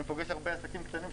אני פוגש הרבה עסקים קטנים,